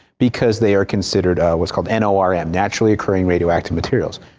because they are considered what's called n o r m. naturally occurring radioactive materials.